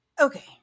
Okay